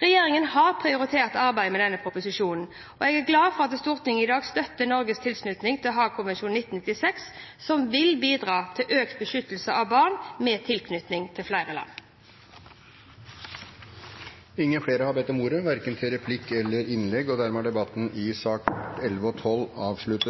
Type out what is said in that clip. Regjeringen har prioritert arbeidet med denne proposisjonen. Jeg er glad for at Stortinget i dag støtter Norges tilslutning til Haagkonvensjonen 1996, som vil bidra til økt beskyttelse av barn med tilknytning til flere land. Flere har ikke bedt om ordet til sakene nr. 11 og 12.